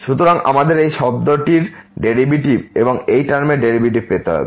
সুতরাং আমাদের এই শব্দটির ডেরিভেটিভ এবং এই টার্মের ডেরিভেটিভ পেতে হবে